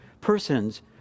persons